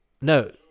No